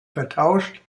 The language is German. vertauscht